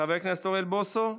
חבר הכנסת אוריאל בוסו,